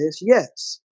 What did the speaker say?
yes